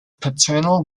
paternal